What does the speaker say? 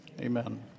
amen